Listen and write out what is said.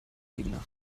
gegner